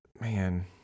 Man